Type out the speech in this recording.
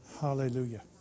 Hallelujah